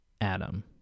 adam